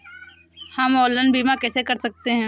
हम ऑनलाइन बीमा कैसे कर सकते हैं?